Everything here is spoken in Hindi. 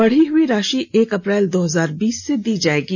बढ़ी हई राशि एक अप्रैल दो हजार बीस से दी जाएगी